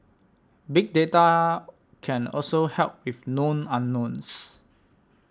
big data can also help with known unknowns